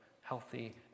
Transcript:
healthy